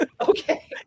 Okay